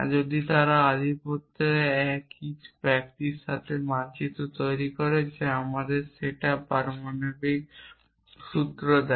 যদি তারা আধিপত্যে একই ব্যক্তির সাথে মানচিত্র তৈরি করে যা আমাদের সেট আপ পারমাণবিক সূত্র দেয়